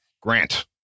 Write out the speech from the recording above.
Grant